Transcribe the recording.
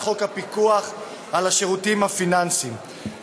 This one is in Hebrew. חוק הפיקוח על השירותים הפיננסיים (תיקוני חקיקה),